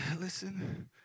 listen